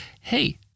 hey